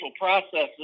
processes